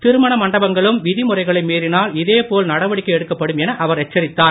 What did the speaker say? திருமண மண்பங்களும் விதிமுறைகளை மீறினால் இதே போல நடவடிக்கை எடுக்கப் படும் என அவர் எச்சரித்தார்